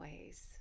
ways